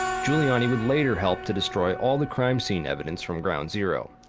giuliani would later help to destroy all the crime scene evidence from ground zero.